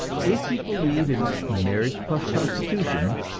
if you believe in marriage-plus-prostitution,